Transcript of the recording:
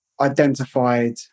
identified